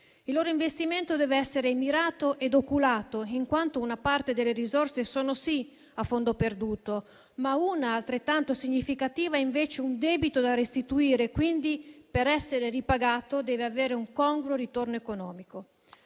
Il loro investimento deve essere mirato e oculato, in quanto una parte delle risorse è sì a fondo perduto, ma una parte altrettanto significativa rappresenta invece un debito da restituire e, quindi, per essere ripagato, deve avere un congruo ritorno economico.